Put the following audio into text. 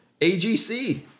AGC